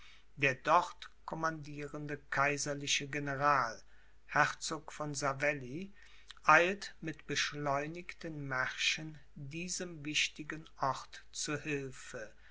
der dort commandierende kaiserliche general herzog von savelli eilt mit beschleunigten märschen diesem wichtigen ort zu hilfe